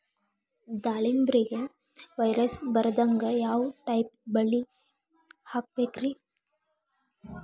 ದಾಳಿಂಬೆಗೆ ವೈರಸ್ ಬರದಂಗ ಯಾವ್ ಟೈಪ್ ಬಲಿ ಹಾಕಬೇಕ್ರಿ?